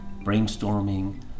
brainstorming